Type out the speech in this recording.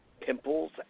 pimples